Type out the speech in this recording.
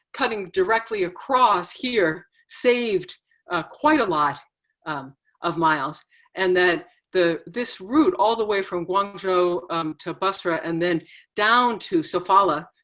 cutting directly across here saved quite a lot of miles and that this route all the way from guangzhou to basra and then down to, sofala,